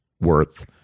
worth